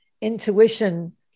Intuition